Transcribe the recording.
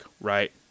right